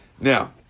Now